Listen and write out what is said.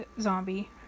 zombie